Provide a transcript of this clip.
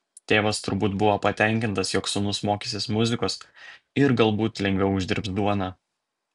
tėvas turbūt buvo patenkintas jog sūnus mokysis muzikos ir galbūt lengviau uždirbs duoną